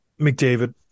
McDavid